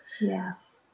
Yes